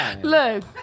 Look